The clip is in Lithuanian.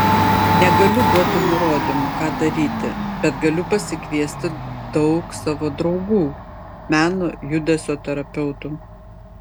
negaliu duoti nurodymų ką daryti bet galiu pasikviesti daug savo draugų meno judesio terapeutų